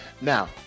Now